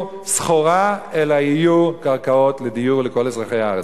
סחורה אלא יהיו קרקעות לדיור לכל אזרחי הארץ.